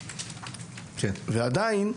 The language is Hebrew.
עדיין,